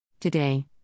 Today